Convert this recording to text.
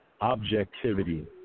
objectivity